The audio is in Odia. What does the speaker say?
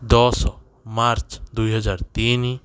ଦଶ ମାର୍ଚ୍ଚ ଦୁଇ ହଜାର ତିନ